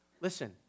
Listen